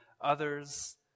others